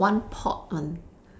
one pot one